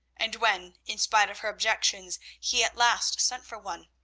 and when, in spite of her objections, he at last sent for one,